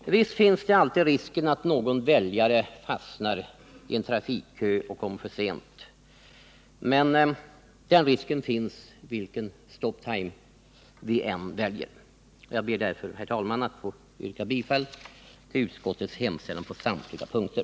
Visst finns det alltid risk för att någon väljare fastnat i en trafikkö och kommer för sent, men den risken finns vilken ”stop-time” vi än väljer. Jag ber, herr talman, att få yrka bifall till utskottets hemställan på samtliga punkter.